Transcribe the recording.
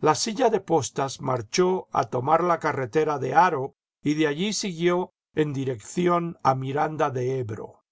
la siha de postas marchó a tomar la carretera de haro y de allí siguió en dirección a miranda de ebro